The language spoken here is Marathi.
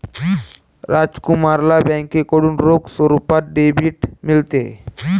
राजकुमारला बँकेकडून रोख स्वरूपात डेबिट मिळते